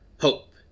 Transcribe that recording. hope